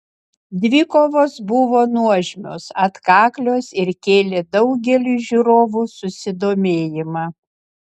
dvikovos buvo nuožmios atkaklios ir kėlė daugeliui žiūrovų susidomėjimą